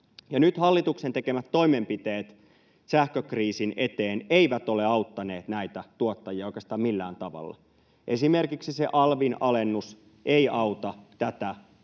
Nyt hallituksen tekemät toimenpiteet sähkökriisin eteen eivät ole auttaneet näitä tuottajia oikeastaan millään tavalla. Esimerkiksi se alvin alennus ei auta tuottajaa